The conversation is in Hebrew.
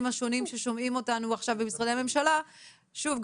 השונים ששומעים אותנו עכשיו במשרדי הממשלה ושוב,